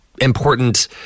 important